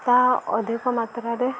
ତା ଅଧିକ ମାତ୍ରାରେ